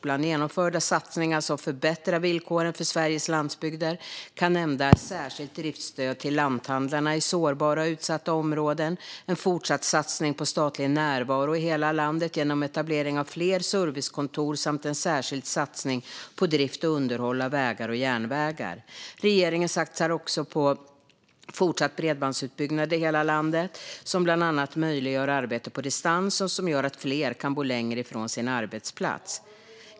Bland genomförda satsningar som förbättrar villkoren för Sveriges landsbygder kan nämnas ett särskilt driftsstöd till lanthandlarna i sårbara och utsatta områden, en fortsatt satsning på statlig närvaro i hela landet genom etablering av fler servicekontor samt en särskild satsning på drift och underhåll av vägar och järnvägar. Regeringen satsar också på fortsatt bredbandsutbyggnad i hela landet som bland annat möjliggör arbete på distans och gör att fler kan bo längre från sin arbetsplats.